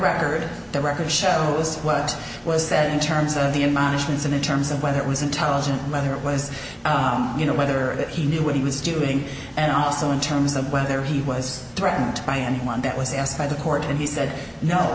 record the record shows what was said in terms of the in managements and in terms of whether it was intelligent whether it was you know whether it he knew what he was doing and also in terms of whether he was threatened by anyone that was asked by the court and he said no